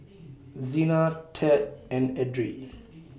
Zina Tad and Edrie